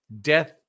Death